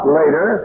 later